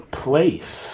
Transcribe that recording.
place